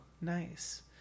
Nice